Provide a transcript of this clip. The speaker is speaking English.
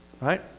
Right